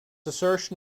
assertion